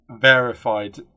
verified